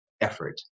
effort